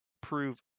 prove